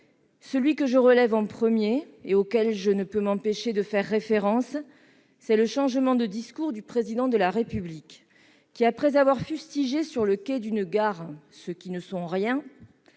Celui que je relève en premier et auquel je ne peux m'empêcher de faire référence, c'est le changement de discours du Président de la République : après avoir fustigé sur le quai d'une gare « ceux qui ne sont rien »,